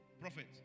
Prophet